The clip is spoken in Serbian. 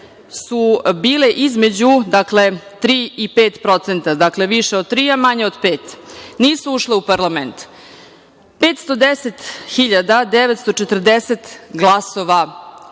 su bile između 3% i 5%, više od tri, a manje od pet, i nisu ušle u parlament, 510.940 glasova